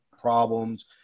problems